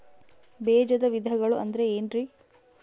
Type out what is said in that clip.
ಬೇಜದ ವಿಧಗಳು ಅಂದ್ರೆ ಏನ್ರಿ?